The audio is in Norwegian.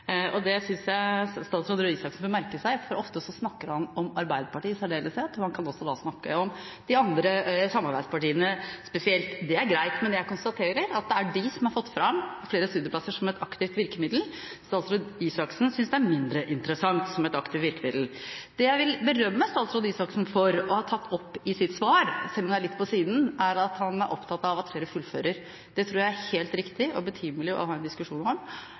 Det synes jeg statsråd Røe Isaksen bør merke seg, for ofte snakker han om Arbeiderpartiet i særdeleshet, og han kan også da snakke om de andre samarbeidspartiene spesielt. Det er greit, men jeg konstaterer at det er de som har fått fram flere studieplasser som et aktivt virkemiddel. Statsråd Røe Isaksen synes det er mindre interessant som et aktivt virkemiddel. Det jeg vil berømme statsråd Røe Isaksen for å ha tatt opp i sitt svar – selv om det er litt på siden – er at han er opptatt av at flere fullfører. Det tror jeg det er helt riktig og betimelig å ha en diskusjon om,